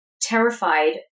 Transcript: terrified